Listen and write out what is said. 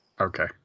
Okay